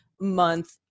month